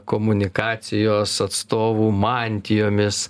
komunikacijos atstovų mantijomis